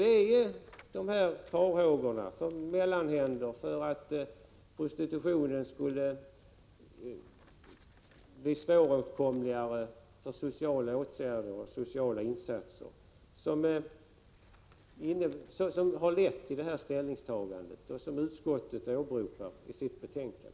Det är ju farhågor för mellanhänder, för att prostitutionen skulle bli mera svåråtkomlig för sociala åtgärder och sociala insatser som har lett till det ställningstagande som utskottet åberopar i sitt betänkande.